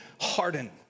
harden